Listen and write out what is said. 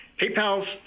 PayPal's